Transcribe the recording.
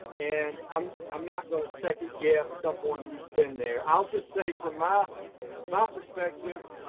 and um i'm not gonna second guess someone who's been there. i'll just say from my my perspective,